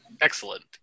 Excellent